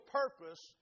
purpose